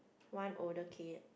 one older kid